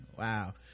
Wow